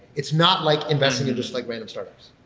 it's not like investing in just like random startups.